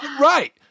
Right